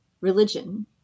religion